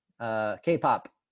K-pop